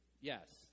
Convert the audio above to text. Yes